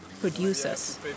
producers